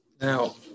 Now